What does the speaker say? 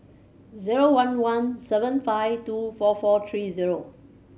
zero one one seven five two four four three zero